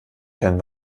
kein